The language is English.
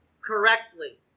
correctly